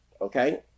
Okay